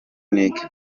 nick